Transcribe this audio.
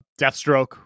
Deathstroke